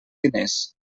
diners